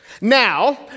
Now